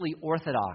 orthodox